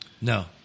No